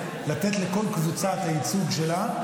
לתת לכל קבוצה את הייצוג שלה,